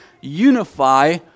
unify